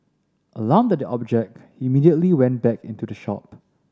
alarmed at the object he immediately went back into the shop